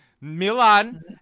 Milan